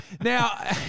Now